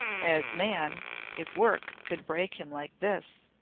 as man if work could break him like this?